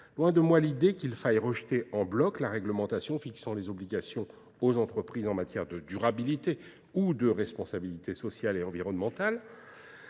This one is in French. loin de moi l'idée qu'il faille rejeter en bloc la réglementation fixant les obligations aux entreprises en matière de durabilité ou de responsabilité sociale et environnementale,